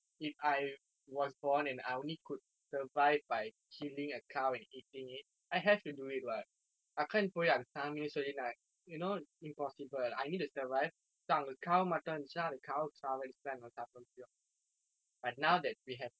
if I was born and I only could survive by killing a cow and eating it I have to do it what I can't போய் அது சாமின்னு சொல்லி நான்:poi athu saaminnu solli naan you know it's impossible I need to survive so அங்க:anga cow மட்டும் இருந்தா அந்த:mattum irunthaa antha cow சாவடிச்சி தான் நான் சாப்பிட முடியும்:saavadichi thaan naan sappida mudiyum but now that we have